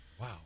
Wow